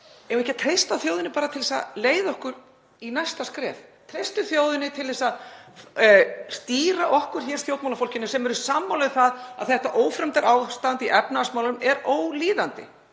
við ekki að treysta þjóðinni til að leiða okkur í næsta skref? Treystum þjóðinni til að stýra okkur stjórnmálafólkinu sem er sammála um að þetta ófremdarástand í efnahagsmálum er ólíðandi.